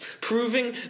Proving